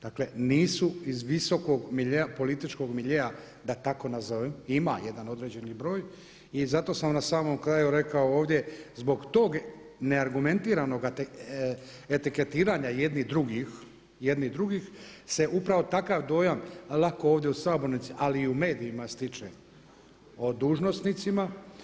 Dakle nisu iz visokog političkog miljea da tako nazove, ima jedan određeni broj i zato sam na samom kraju rekao ovdje zbog toga neargumentiranog etiketiranja jedni drugih se upravo takav dojam lako ovdje u sabornici, ali i u medijima stiče o dužnosnicima.